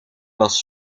was